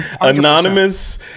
Anonymous